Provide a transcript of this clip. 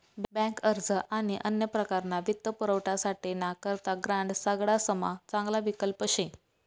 bank अर्ज आणि अन्य प्रकारना वित्तपुरवठासाठे ना करता ग्रांड सगडासमा चांगला विकल्प शे